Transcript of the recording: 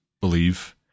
believe